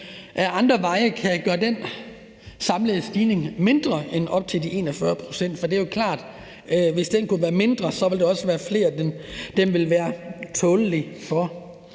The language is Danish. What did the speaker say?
af andre veje kan gøre den samlede stigning mindre end de 41 pct. For det er jo klart, at hvis den kunne være mindre, ville der også være flere, som den ville være tålelig for.